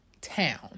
town